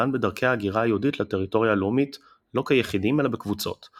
דן בדרכי ההגירה היהודית לטריטוריה הלאומית לא כיחידים אלא בקבוצות,